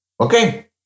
Okay